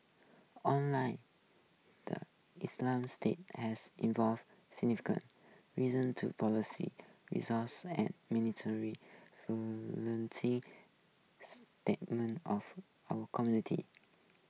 online the Islamic State has involve reason to results and of our community